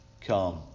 come